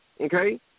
Okay